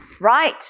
right